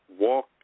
walk